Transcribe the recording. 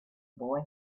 boy